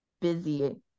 busy